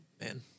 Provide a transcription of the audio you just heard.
Man